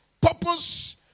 purpose